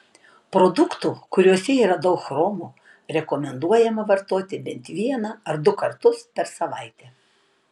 produktų kuriuose yra daug chromo rekomenduojama vartoti bent vieną ar du kartus per savaitę